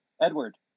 Edward